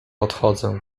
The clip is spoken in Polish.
odchodzę